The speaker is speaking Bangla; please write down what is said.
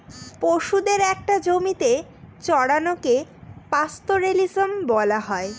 পশুদের একটা জমিতে চড়ানোকে পাস্তোরেলিজম বলা হয়